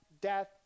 death